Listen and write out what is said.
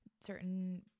certain